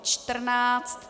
14.